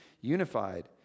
unified